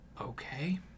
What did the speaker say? Okay